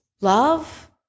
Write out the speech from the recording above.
Love